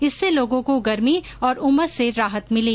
इससे लोगों को गर्मी और उमस से राहत मिली